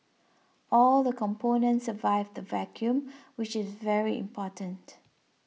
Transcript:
all the components survived vacuum which is very important